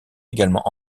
également